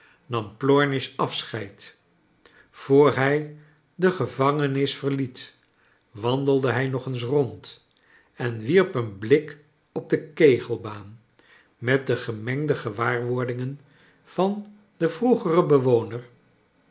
nam plornish afscheid voor hij de gevangenis verliet wandelde hij nog eens rond en wierp een blik op de kegelbaan met de gemengde gewaarwordingen van den vroegeren bewoner